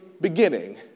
beginning